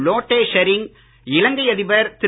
லோட்டே ஷெரிங் இலங்கை அதிபர் திரு